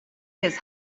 his